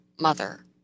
mother